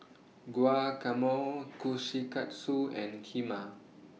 Guacamole Kushikatsu and Kheema